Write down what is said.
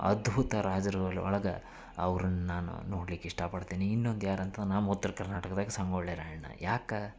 ಅದ್ಭುತ ರಾಜರುಗಳ ಒಳಗೆ ಅವ್ರನ್ನು ನಾನು ನೋಡ್ಲಿಕ್ಕೆ ಇಷ್ಟಪಡ್ತೇನೆ ಇನ್ನೊಂದು ಯಾರಂತಂದ್ರೆ ನಮ್ಮ ಉತ್ರ ಕರ್ನಾಟಕದಾಗೆ ಸಂಗೊಳ್ಳಿ ರಾಯಣ್ಣ ಯಾಕೆ